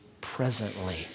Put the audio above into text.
presently